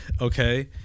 Okay